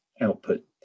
output